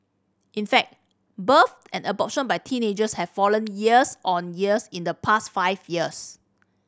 in fact births and abortion by teenagers have fallen years on years in the past five years